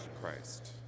Christ